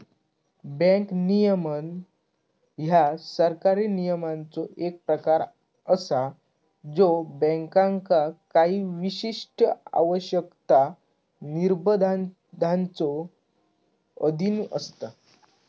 bank नियमन ह्या सरकारी नियमांचो एक प्रकार असा ज्यो बँकांका काही विशिष्ट आवश्यकता, निर्बंधांच्यो अधीन असता